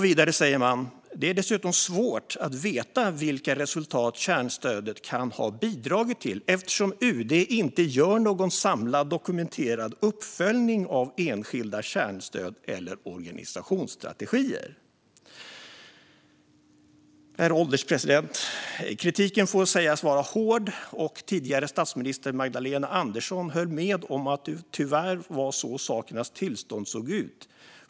Vidare säger man: "Det är dessutom svårt att veta vilka resultat kärnstödet kan ha bidragit till eftersom UD inte gör någon samlad dokumenterad uppföljning av enskilda kärnstöd eller organisationsstrategier." Herr ålderspresident! Kritiken får sägas vara hård, och den tidigare statsministern Magdalena Andersson höll med om att det tyvärr var så sakernas tillstånd såg ut.